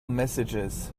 messages